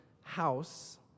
house